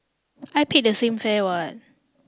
I paid the same fare what